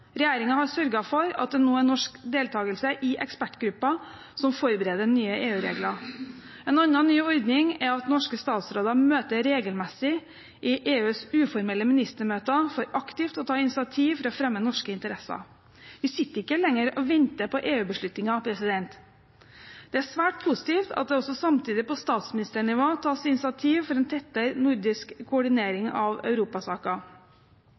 har sørget for at det nå er norsk deltakelse i ekspertgruppen som forbereder nye EU-regler. En annen ny ordning er at norske statsråder møter regelmessig i EUs uformelle ministermøter for aktivt å ta initiativ til å fremme norske interesser. Vi sitter ikke lenger og venter på EU-beslutninger. Det er svært positivt at det samtidig på statsministernivå tas initiativ til en tettere nordisk koordinering av europasaker.